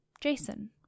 Jason